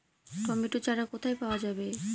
Tomato চারা কোথায় পাওয়া যাবে?